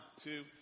two